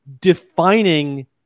defining